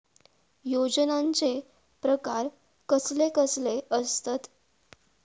योजनांचे प्रकार कसले कसले असतत?